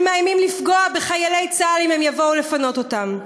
שמאיימים לפגוע בחיילי צה"ל אם הם יבואו לפנות אותם.